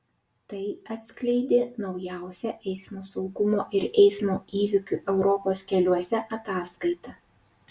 tai atskleidė naujausia eismo saugumo ir eismo įvykių europos keliuose ataskaita